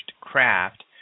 craft